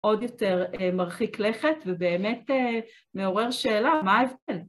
עוד יותר מרחיק לכת ובאמת מעורר שאלה, מה ההבדל?